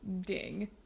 ding